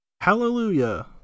Hallelujah